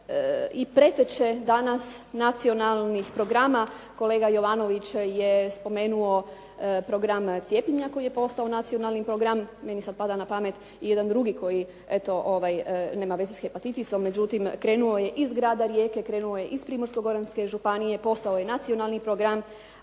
i preteče danas nacionalnih programa. Kolega Jovanović je spomenuo program cijepljenja koji je postao nacionalni program. Meni sad pada na pamet i jedan drugi koji, eto nema veze s hepatitisom, međutim krenuo je iz Grada Rijeke, krenuo je iz Primorsko-goranske županije, postao je nacionalni program,